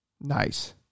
Nice